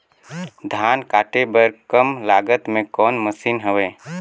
धान काटे बर कम लागत मे कौन मशीन हवय?